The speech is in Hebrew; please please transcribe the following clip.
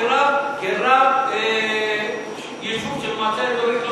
כרב יישוב של מועצה אזורית,